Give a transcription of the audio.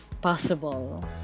possible